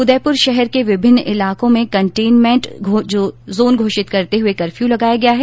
उदयपुर शहर के विभिन्न इलाकों में कन्टेनमेंट जोन घोषित करते हुए कफ्यू लगाया गया है